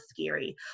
scary